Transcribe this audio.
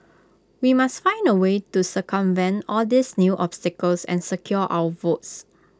we must find A way to circumvent all these new obstacles and secure our votes